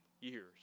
years